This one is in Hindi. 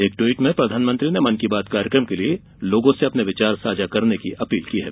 एक ट्वीट में प्रधानमंत्री ने मन की बात कार्यक्रम के लिए लोगों से अपने विचार साझा करने की अपील की है